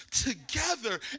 together